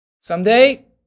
Someday